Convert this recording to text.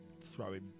throwing